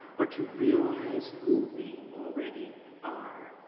but to realize who we already are,